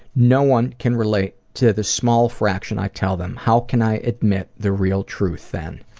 no one can relate to the small fraction i tell them. how can i admit the real truth, then?